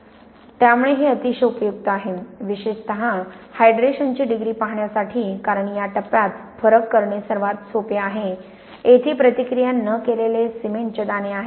त्यामुळे हे अतिशय उपयुक्त आहे विशेषत हायड्रेशनची डिग्री पाहण्यासाठी कारण या टप्प्यात फरक करणे सर्वात सोपे आहे येथे प्रतिक्रिया न केलेले सिमेंटचे दाणे आहेत